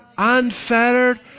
Unfettered